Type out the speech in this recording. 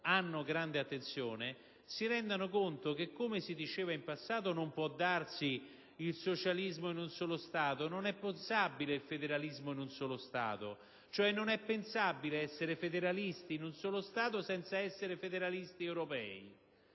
prestano grande attenzione, si rendessero conto che, come in passato si diceva che non può darsi il socialismo in un solo Stato, non è oggi pensabile il federalismo in un solo Stato: non è cioè pensabile essere federalisti in un solo Stato senza essere federalisti europei.